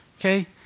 okay